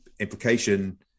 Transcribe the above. implication